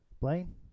Blaine